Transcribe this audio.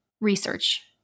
research